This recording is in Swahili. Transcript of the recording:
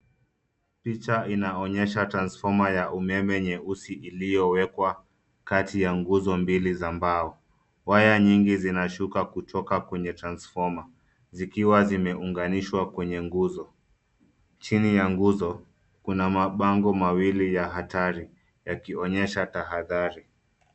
Picha inaonyesha transformer (cs) nyeusi iliyowekwa kati ya nguzo mbili za mbao, waya nyingi zinashuka kutoka kwenye transformer(cs) zikiwa zimeungamishwa kwenye nguzo. Chini ya nguzo Kuna mabango mawili ya hatari yakionyesha tahadhari.